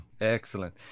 Excellent